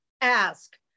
ask